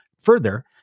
Further